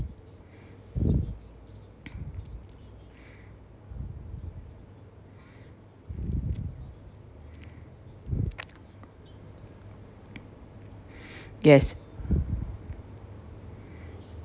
yes